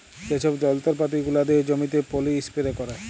যে ছব যল্তরপাতি গুলা দিয়ে জমিতে পলী ইস্পেরে ক্যারে